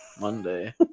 Monday